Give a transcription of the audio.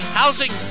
housing